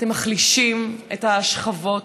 אתם מחלישים את השכבות